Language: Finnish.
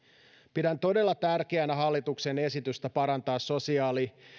pidän todella tärkeänä hallituksen esitystä parantaa sosiaali